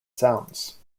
sounds